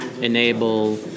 enable